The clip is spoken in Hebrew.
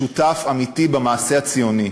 שותף אמיתי במעשה הציוני,